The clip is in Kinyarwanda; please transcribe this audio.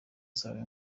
zawe